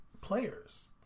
players